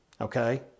Okay